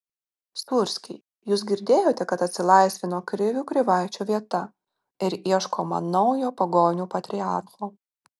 sūrski jūs girdėjote kad atsilaisvino krivių krivaičio vieta ir ieškoma naujo pagonių patriarcho